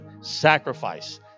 sacrifice